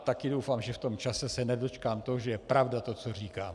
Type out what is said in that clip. Také doufám, že v tom čase se nedočkám toho, že je pravda to, co říkám.